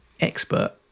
expert